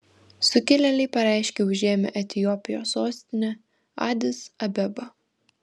sukilėliai pareiškė užėmę etiopijos sostinę adis abebą